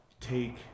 take